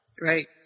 Right